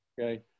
Okay